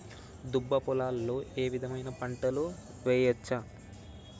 దుబ్బ పొలాల్లో ఏ విధమైన పంటలు వేయచ్చా?